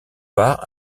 part